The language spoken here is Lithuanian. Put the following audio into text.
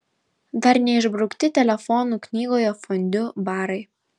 dar neišbraukti telefonų knygoje fondiu barai